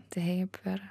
taip per